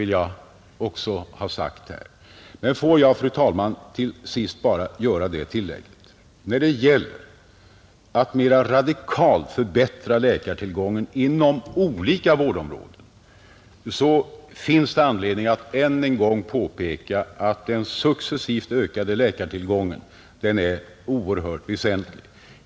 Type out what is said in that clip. Låt mig, fru talman, till sist tillägga att det, när det gäller att mera radikalt förbättra läkartillgången inom olika vårdområden, finns anledning att ännu en gång peka på att den successivt ökande läkartillgången är oerhört väsentlig.